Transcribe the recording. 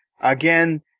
Again